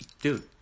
dude